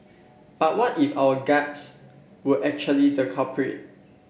but what if our guts were actually the culprit